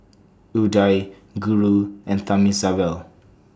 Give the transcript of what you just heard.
Udai Guru and Thamizhavel